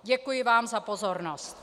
Děkuji vám za pozornost.